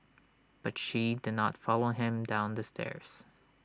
but she did not follow him down the stairs